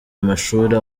amashuri